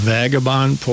Vagabond